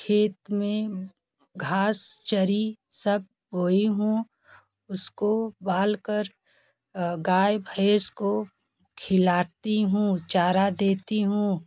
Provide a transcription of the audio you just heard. खेत में घास चरी सब बोई हूँ उसको भाल कर गाय भैंस को खिलाती हूँ चारा देती हूँ